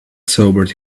sobered